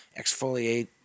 exfoliate